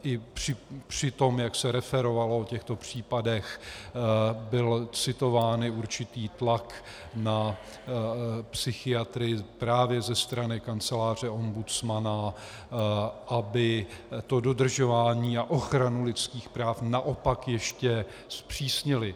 A i při tom, jak se referovalo o těchto případech, byl citován určitý tlak na psychiatry právě ze strany kanceláře ombudsmana, aby dodržování a ochranu lidských práv naopak ještě zpřísnili.